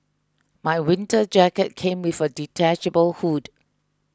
my winter jacket came with a detachable hood